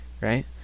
right